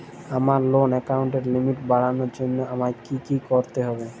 আমার লোন অ্যাকাউন্টের লিমিট বাড়ানোর জন্য আমায় কী কী করতে হবে?